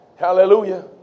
Hallelujah